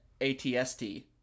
ATST